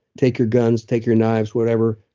take your guns, take your knives, whatever,